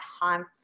haunts